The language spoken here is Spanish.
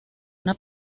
una